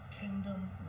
kingdom